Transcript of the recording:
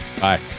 Bye